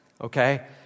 okay